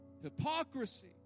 Hypocrisy